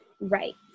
Right